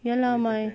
ya lah my